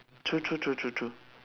true true true true true